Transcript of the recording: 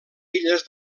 illes